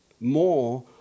more